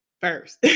first